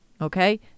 Okay